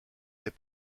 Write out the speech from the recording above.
est